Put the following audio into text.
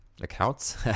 accounts